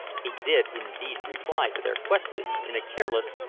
he did indeed reply to their questions in a careless,